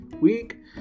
week